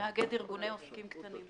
שמאגד ארגוני עוסקים קטנים.